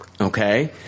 okay